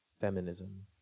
feminism